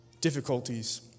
difficulties